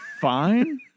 Fine